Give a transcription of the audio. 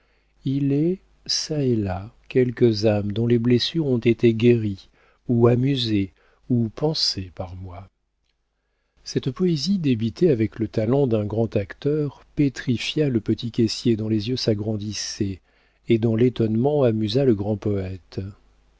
il est çà et là quelques âmes dont les blessures ont été guéries ou amusées ou pansées par moi cette poésie débitée avec le talent d'un grand acteur pétrifia le petit caissier dont les yeux s'agrandissaient et dont l'étonnement amusa le grand poëte